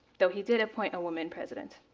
though he did appoint a woman president.